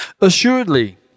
Assuredly